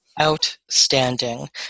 Outstanding